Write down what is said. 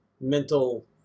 mental